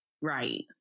Right